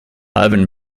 ivan